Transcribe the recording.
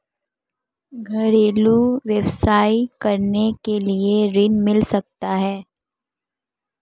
घरेलू व्यवसाय करने के लिए ऋण मिल सकता है?